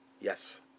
Yes